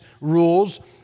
rules